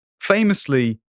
famously